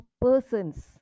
persons